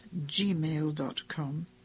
gmail.com